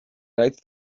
right